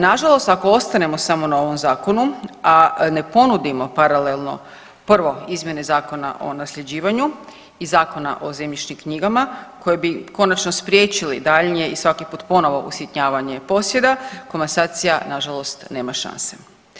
Nažalost ako ostanemo samo na ovom zakonu, a ne ponudimo paralelno prvo izmjene Zakona o nasljeđivanju i Zakona o zemljišnim knjigama koje bi konačno spriječili daljnje i svaki put ponovno usitnjavanje posjeda, komasacija nažalost nema šanse.